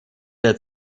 der